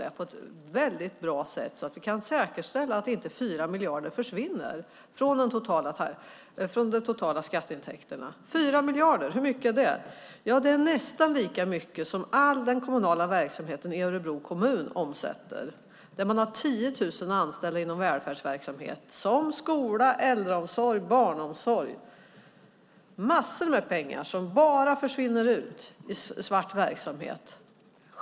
Det vore ett väldigt bra sätt att säkerställa att inte 4 miljarder försvinner från de totala skatteintäkterna. 4 miljarder, hur mycket är det? Ja, det är nästan lika mycket som hela den kommunala verksamheten i Örebro kommun omsätter. Där man har 10 000 anställda inom välfärdsverksamheter som skola, äldreomsorg, barnomsorg. Det är massor med pengar som bara försvinner ut i svart verksamhet.